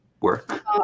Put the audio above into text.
work